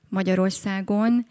Magyarországon